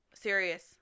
Serious